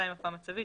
מפה מצבית.